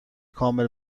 کامل